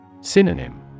Synonym